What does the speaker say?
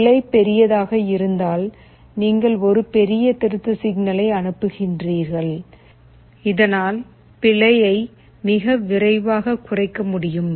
பிழை பெரியதாக இருந்தால் நீங்கள் ஒரு பெரிய திருத்த சிக்னலை அனுப்புகிறீர்கள் இதனால் பிழையை மிக விரைவாக குறைக்க முடியும்